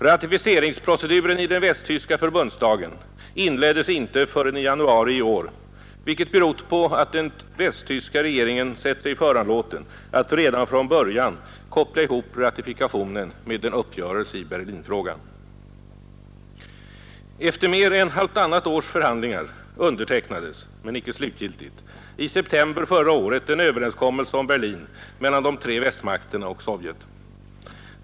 Ratificeringsproceduren i den västtyska förbundsdagen inleddes inte förrän i januari i år, vilket berott på att den västtyska regeringen sett sig föranlåten att redan från början koppla ihop ratifikationen med en uppgörelse i Berlinfrågan. Efter mer än halvtannat års förhandlingar undertecknades — men icke slutgiltigt — i september förra året en överenskommelse om Berlin mellan de tre västmakterna och Sovjet.